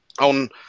on